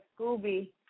Scooby